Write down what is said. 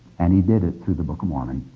and he did it through the book of mormon!